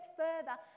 further